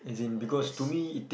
uh there's